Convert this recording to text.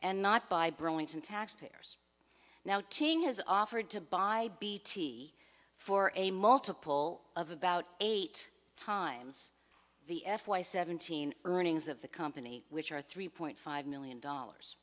and not by burlington taxpayers now team has offered to buy bt for a multiple of about eight times the f y seventeen earnings of the company which are three point five million dollars